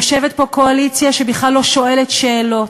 יושבת פה קואליציה שבכלל לא שואלת שאלות,